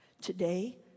today